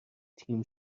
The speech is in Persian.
تیم